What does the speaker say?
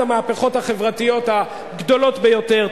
אחת המהפכות החברתיות הגדולות ביותר,